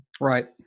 Right